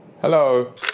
Hello